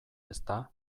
ezta